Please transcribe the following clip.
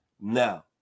Now